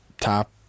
top